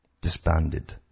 disbanded